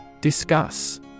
Discuss